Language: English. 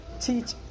teach